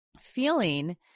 feeling